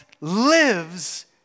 lives